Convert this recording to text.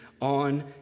on